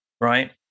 right